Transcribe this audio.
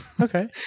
Okay